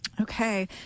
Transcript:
Okay